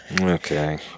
Okay